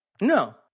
No